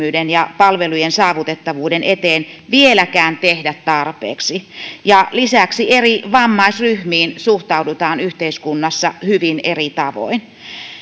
esteettömyyden ja palveluiden saavutettavuuden eteen vieläkään tehdä tarpeeksi lisäksi eri vammaisryhmiin suhtaudutaan yhteiskunnassa hyvin eri tavoin